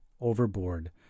overboard